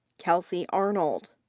kelsie arnold.